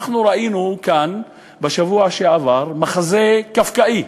אנחנו ראינו כאן בשבוע שעבר מחזה קפקאי,